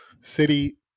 City